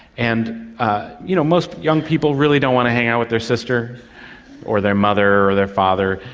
and ah you know most young people really don't want to hang out with their sister or their mother or their father,